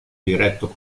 diretto